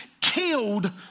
killed